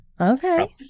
Okay